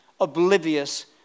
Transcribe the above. oblivious